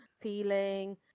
feeling